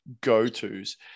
go-tos